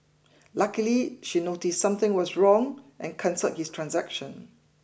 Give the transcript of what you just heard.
luckily she noticed something was wrong and cancelled his transaction